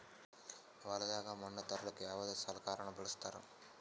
ಹೊಲದಾಗ ಮಣ್ ತರಲಾಕ ಯಾವದ ಸಲಕರಣ ಬಳಸತಾರ?